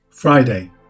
Friday